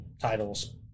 titles